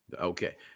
Okay